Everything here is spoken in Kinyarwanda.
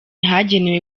hagenewe